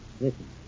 listen